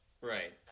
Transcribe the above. Right